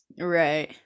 right